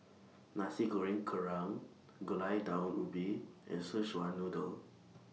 Nasi Goreng Kerang Gulai Daun Ubi and Szechuan Noodle